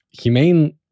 Humane